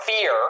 fear